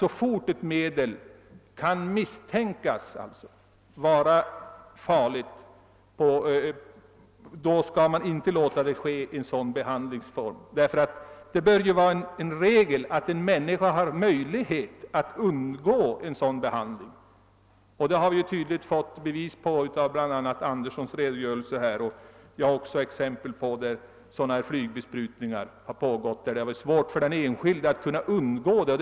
Så fort ett medel kan misstänkas vara farligt, bör man inte tillåta denna användningsform. Det bör vara en regel att människorna skall ha möjlighet att undgå att komma i beröring med sådana medel. Vi har genom herr Anderssons i Storfors redogörelse — och även jag har exempel på den saken — erfa rit att det vid flygbesprutningar varit svårt för den enskilde att undgå medlet.